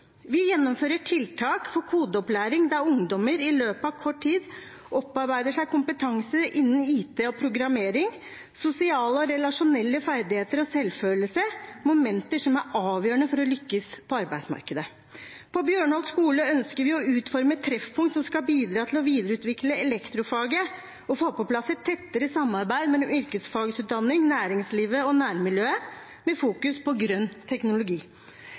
Vi gjennomfører tiltak for kodeopplæring der ungdommer i løpet av kort tid opparbeider seg kompetanse innen IT og programmering, sosiale og relasjonelle ferdigheter og selvfølelse – momenter som er avgjørende for å lykkes på arbeidsmarkedet. På Bjørnholt skole ønsker vi å utforme et treffpunkt som skal bidra til å videreutvikle elektrofaget og få på plass et tettere samarbeid mellom yrkesfagutdanning, næringslivet og nærmiljøet, med grønn teknologi i fokus.